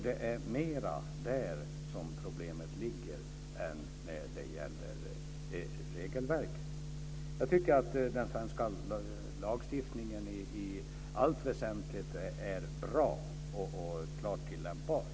Det är mer där som problemet ligger än i regelverket. Jag tycker att den svenska lagstiftningen i allt väsentligt är bra och klart tillämpbar.